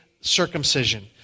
circumcision